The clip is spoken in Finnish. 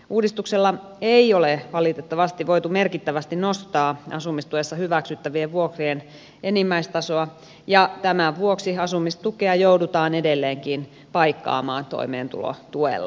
uudistuksella ei ole valitettavasti voitu merkittävästi nostaa asumistuessa hyväksyttävien vuokrien enimmäistasoa ja tämän vuoksi asumistukea joudutaan edelleenkin paikkaamaan toimeentulotuella